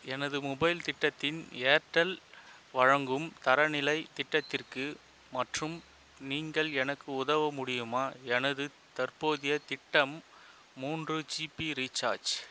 எனது மொபைல் திட்டத்தின் ஏர்டெல் வழங்கும் தரநிலை திட்டத்திற்கு மற்றும் நீங்கள் எனக்கு உதவ முடியுமா எனது தற்போதைய திட்டம் மூன்று ஜிபி ரீசார்ஜ்